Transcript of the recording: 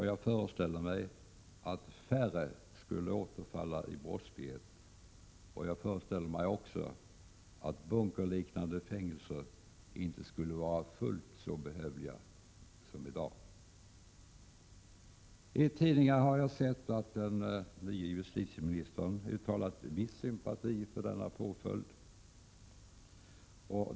Jag föreställer mig att färre skulle återfalla i brottslighet efter avslutad samhällstjänst. Vidare föreställer jag mig att bunkerliknande fängelser inte skulle vara fullt så behövliga som de är i dag. I tidningar har jag läst att den nya justitieministern uttalat viss sympati för denna påföljd.